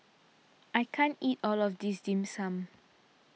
I can't eat all of this Dim Sum